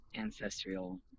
ancestral